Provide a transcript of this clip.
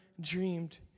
dreamed